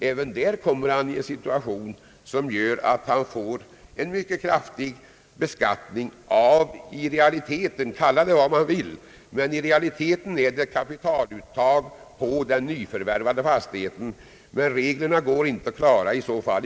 Även i detta fall kommer han i en situation som gör att han får en mycket kraftig beskattning av vad som i realiteten är kapitaluttag på den nyförvärvade fastigheten; man må sedan kalla det vad man vill.